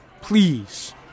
Please